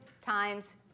times